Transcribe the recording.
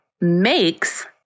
makes